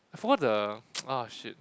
I forgot the ah shit